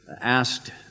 asked